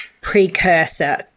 precursor